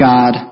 God